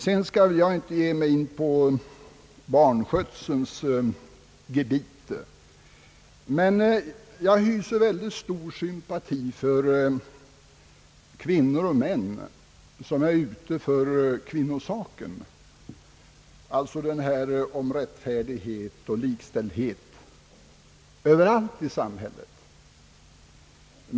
Sedan skall jag inte mycket utförligt ge mig in på barnskötselns gebit, men jag hyser mycket stor sympati för kvinnor och män som ivrar för kvinnosaken, d.v.s. för rättfärdighet och likställdhet överallt i samhället.